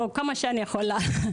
כמה שאני יכולה,